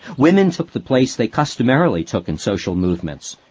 women took the place they customarily took in social movements,